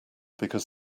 because